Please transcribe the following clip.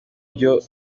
byo